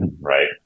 right